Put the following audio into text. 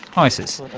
isis,